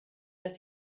dass